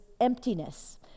emptiness